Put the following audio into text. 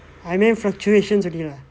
I mean fluctuations already lah